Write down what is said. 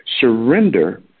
surrender